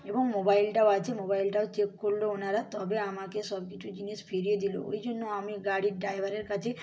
এবং মোবাইলটাও আছে মোবাইলটাও চেক করলো ওনারা তবে আমাকে সব কিছু জিনিস ফিরিয়ে দিল ওই জন্য আমি গাড়ির ড্ৰাইভারের কাছে